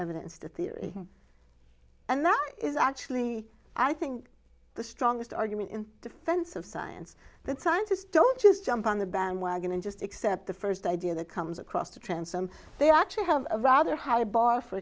evidence the theory and that is actually i think the strongest argument in defense of science that scientists don't just jump on the bandwagon and just accept the first idea that comes across the transom they actually have a rather higher bar for